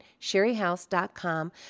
sherryhouse.com